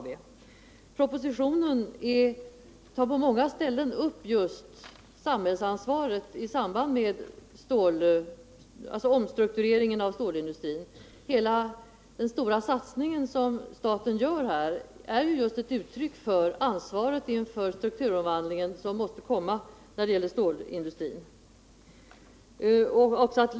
I propositionen tar man på många ställen upp samhällsansvaret i samband med omstruktureringen av stålindustrin. Hela den stora satsning som staten gör på det området är bevis på det ansvar inför strukturomvandlingen som måste komma till uttryck på det området.